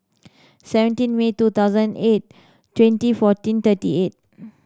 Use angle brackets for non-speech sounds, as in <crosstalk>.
seventeen May two thousand eight twenty fourteen thirty eight <noise>